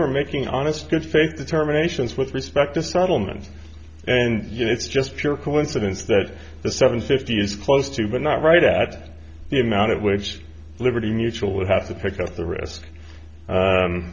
were making honest good faith determinations with respect to startlement and it's just pure coincidence that the seven fifty is close to but not right at the amount of which liberty mutual would have to pick up the risk